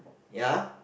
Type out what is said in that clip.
ya